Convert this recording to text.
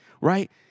right